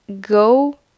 go